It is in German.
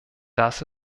das